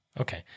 Okay